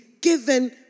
given